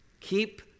Keep